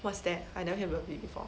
what's that I never heard of it before